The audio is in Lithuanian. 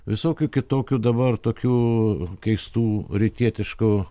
visokių kitokių dabar tokių keistų rytietiškų